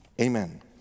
Amen